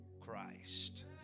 Christ